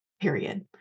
period